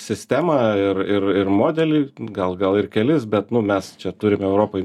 sistemą ir ir ir modelį gal gal ir kelis bet nu mes čia turim europoj